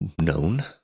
known